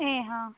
એ હા